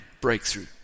Breakthrough